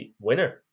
winner